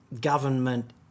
government